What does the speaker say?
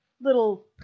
little